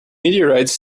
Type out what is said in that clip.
meteorites